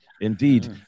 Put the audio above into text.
indeed